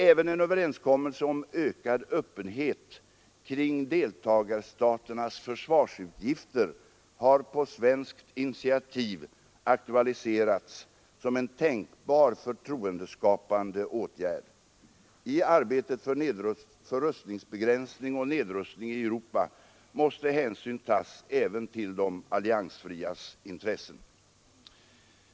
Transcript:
Även en överenskommelse om ökad öppenhet kring deltagarstaternas försvarsutgifter har på svenskt initiativ aktualiserats som en tänkbar förtroendeskapande åtgärd. I arbetet för rustningsbegränsning och nedrustning i Europa måste hänsyn tas även till de alliansfrias intressen.